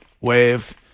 wave